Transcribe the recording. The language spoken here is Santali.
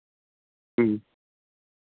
ᱦᱮᱸ